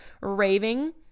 raving